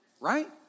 Right